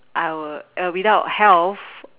I will without health